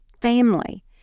family